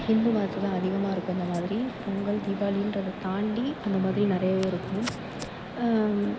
இந்து மதத்தை தான் அதிகமாக இருக்கும் அந்தமாதிரி பொங்கல் தீபாளின்றது தாண்டி அந்தமாதிரி நிறையாவே இருக்கும்